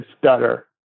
stutter